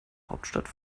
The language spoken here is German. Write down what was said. hauptstadt